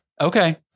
Okay